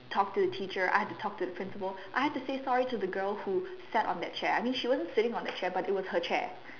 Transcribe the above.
talk to teacher I had to talk to the principal I had to say sorry to the girl who sat on that chair I mean she wasn't sitting on that chair but it was her chair